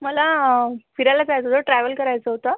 मला फिरायला जायचं होतं ट्रॅव्हल करायचं होतं